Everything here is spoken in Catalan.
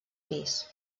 pis